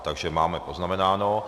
Takže máme poznamenáno.